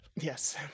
Yes